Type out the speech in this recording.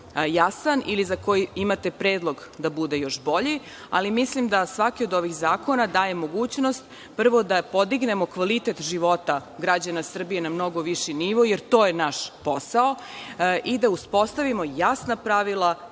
ili za koji imate predlog da bude još bolji, ali mislim da svaki od ovih zakona daje mogućnost, prvo, da podignemo kvalitet života građana Srbije na mnogo viši nivo, jer to je naš posao i da uspostavimo jasna pravila,